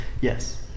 yes